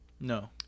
No